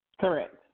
correct